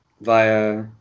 via